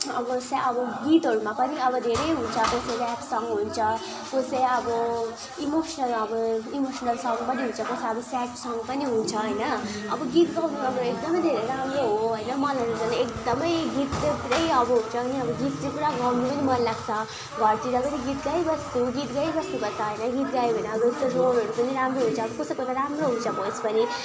अब अब गीहरूमा पनि अब धेरै हुन्छ धेरै प्रकारको ऱ्याप सङ हुन्छ त्यस्तै अब इमोसनल अब इमोसनल सङ पनि जस्तो अब स्याड सङ पनि हुन्छ होइन अब गीत गाउनु एकदमै धेरै राम्रो हो होइन मलाई अब एकदमै गीतको पुरै चाहिँ एकदमै गाउनु मनलाग्छ घरतिर पनि गीत गाइबस्छु गीत गाइबसेको त होइन गीतहरू पनि राम्रो हुन्छ अब कस्तो राम्रो हुन्छ भोइस भनी